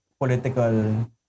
political